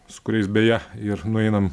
su kuriais beje ir nueinam